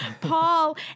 Paul